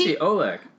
Oleg